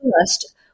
first